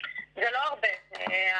זה לא הרבה.